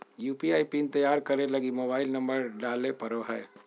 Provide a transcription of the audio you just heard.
UPI PIN तैयार करे लगी मोबाइल नंबर डाले पड़ो हय